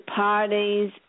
parties